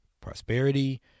prosperity